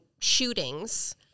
shootings